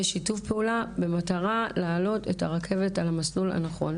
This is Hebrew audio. יהיה שיתוף פעולה במטרה להעלות את הרכבת על המסלול הנכון.